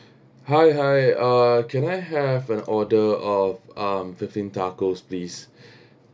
hi hi uh can I have an order of um fifteen tacos please